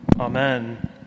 Amen